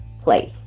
place